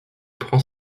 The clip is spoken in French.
prend